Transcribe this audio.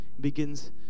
begins